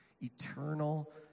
eternal